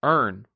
Earn